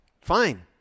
Fine